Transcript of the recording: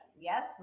Yes